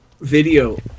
Video